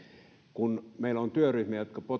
kun meillä on työryhmiä jotka